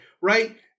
right